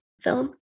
film